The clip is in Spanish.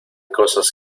cosas